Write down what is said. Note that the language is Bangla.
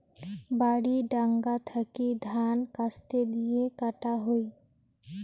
বাড়ি ডাঙা থাকি ধান কাস্তে দিয়ে কাটা হই